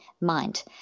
Mind